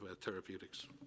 therapeutics